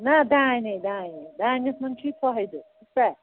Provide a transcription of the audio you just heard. نہَ دانے دانے دانَٮ۪س منٛز چھُے فٲیِدٕ